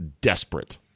desperate